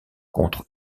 contre